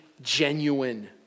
genuine